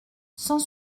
cent